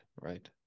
right